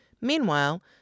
Meanwhile